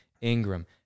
Ingram